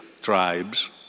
tribes